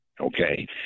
Okay